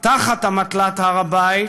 תחת אמתלת הר הבית,